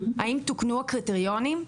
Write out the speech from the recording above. האם תוקנו הקריטריונים?